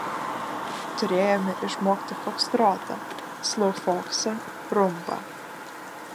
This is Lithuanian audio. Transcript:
turėjome išmokti fokstrotą sloufoksą rumbą